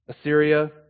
Assyria